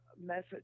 message